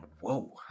Whoa